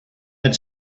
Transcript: had